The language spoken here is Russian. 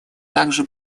также